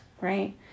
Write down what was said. Right